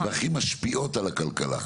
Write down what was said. והכי משפיעות על הכלכלה.